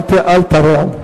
אל תיגעו ואל תרעו.